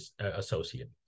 associate